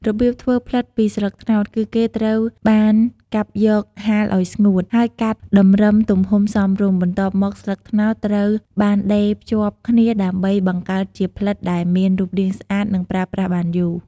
របៀបធ្វើផ្លិតពីស្លឹកត្នោត គឺគេត្រូវបានកាប់យក ហាលឲ្យស្ងួត ហើយកាត់តម្រឹមទំហំសមរម្យ បន្ទាប់មកស្លឹកត្នោតត្រូវបានដេរភ្ជាប់គ្នាដើម្បីបង្កើតជាផ្លិតដែលមាន រូបរាងស្អាត និងប្រើប្រាស់បានយូរ។